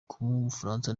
w’umufaransa